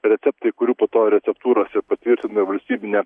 receptai kurių po to receptūrose patvirtina valstybinė